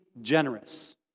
generous